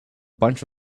bunch